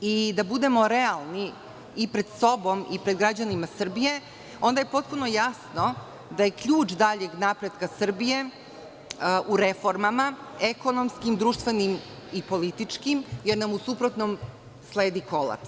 i da budemo realni i pred sobom i pred građanima Srbije, onda je potpuno jasno da je ključ daljeg napretka Srbije u reformama ekonomskim, društvenim i političkim, jer nam u suprotnom sledi kolaps.